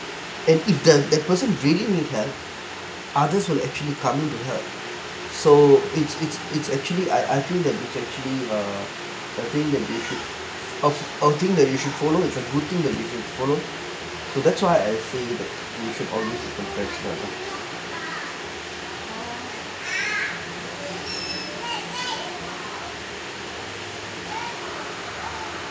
and if the that person really need help others will actually come in to help so it's it's it's actually I I feel that it's actually uh the thing that you could things you should follow it's a good thing that you can follow so that's why I say that you should always be compassionate